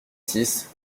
six